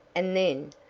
and then,